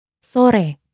Sore